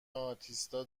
آتئیستا